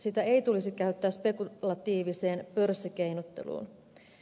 sitä ei tulisi käyttää spekulatiiviseen pörssikeinotteluun